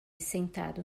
sentado